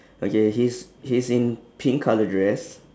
okay he's he's in pink colour dress